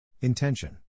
Intention